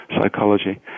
psychology